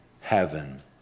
heaven